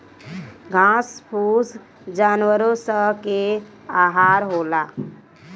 घास फूस जानवरो स के आहार होला